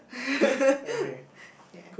yeah